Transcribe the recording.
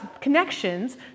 connections